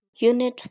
Unit